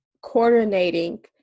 coordinating